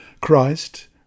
Christ